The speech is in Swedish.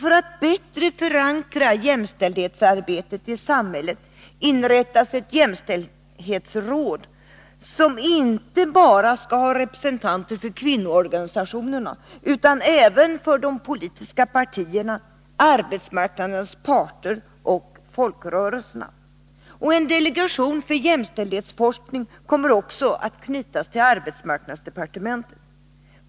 För att bättre förankra jämställdhetsarbetet i samhället inrättas ett jämställdhetsråd, som inte bara skall ha representanter för kvinnoorganisationerna utan även för de politiska partierna, arbetsmarknadens parter och folkrörelserna. En delegation för jämställdhetsforskning kommer också att knytas till arbetsmarknadsdepartementet.